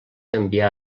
enviar